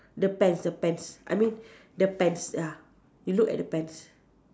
the pants the pants I mean the Benz ya you look at pants